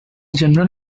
general